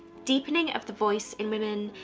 deepening of the voice in women,